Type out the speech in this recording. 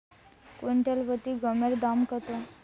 Quintal প্রতি গমের দাম কত?